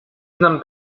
znam